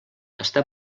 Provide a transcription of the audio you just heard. està